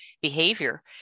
behavior